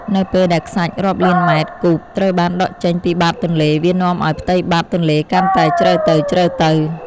នៅពេលដែលខ្សាច់រាប់លានម៉ែត្រគូបត្រូវបានដកចេញពីបាតទន្លេ វានាំឱ្យផ្ទៃបាតទន្លេកាន់តែជ្រៅទៅៗ